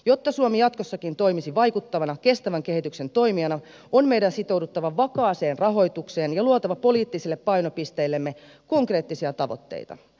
jotta suomi jatkossakin toimisi vaikuttavana kestävän kehityksen toimijana on meidän sitouduttava vakaaseen rahoitukseen ja luotava poliittisille painopisteillemme konkreettisia tavoitteita